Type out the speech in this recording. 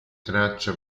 traccia